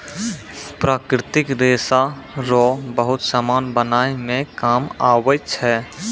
प्राकृतिक रेशा रो बहुत समान बनाय मे काम आबै छै